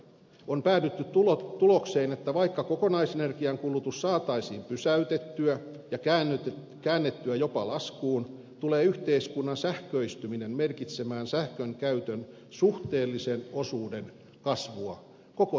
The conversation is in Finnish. on päädytty tulokseen että vaikka kokonaisenergiankulutus saataisiin pysäytettyä ja käännettyä jopa laskuun tulee yhteiskunnan sähköistyminen merkitsemään sähkönkäytön suhteellisen osuuden kasvua koko energiankulutuksessa